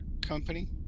company